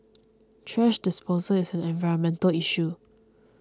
thrash disposal is an environmental issue